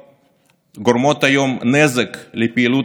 אתה שומע פתאום את הלחץ